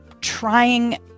trying